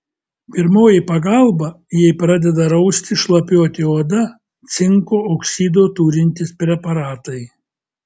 pirmoji pagalba jei pradeda rausti šlapiuoti oda cinko oksido turintys preparatai